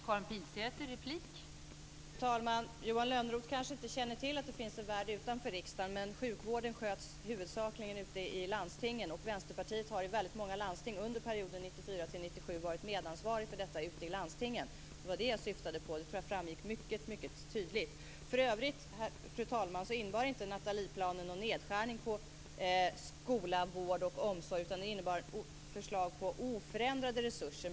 Fru talman! Johan Lönnroth kanske inte känner till att det finns en värld utanför riksdagen, men sjukvården sköts huvudsakligen av landstingen och 1994-97 varit medansvarigt för detta. Det var det jag syftade på, och det tror jag framgick mycket tydligt. För övrigt, fru talman, innebar inte Natalieplanen några nedskärningar inom skola, vård och omsorg. Den innebar förslag på oförändrade resurser.